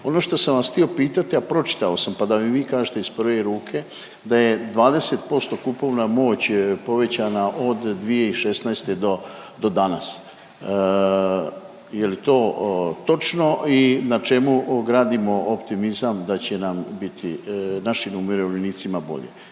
Ono što sam vas htio pitati, a pročitao sam, pa da mi vi kažete iz prve ruke, da je 20% kupovna moć je povećana od 2016. do, do danas. Je li to točno i na čemu gradimo optimizam da će nam biti, našim umirovljenicima bolje